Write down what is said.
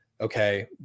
okay